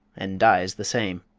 and dies the same.